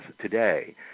today